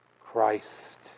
Christ